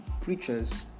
preachers